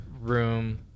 room